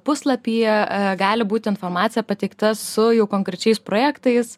puslapyje gali būti informacija pateikta su jau konkrečiais projektais